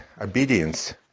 obedience